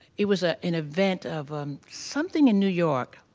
it was ah an event of something in new york.